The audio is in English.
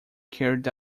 carried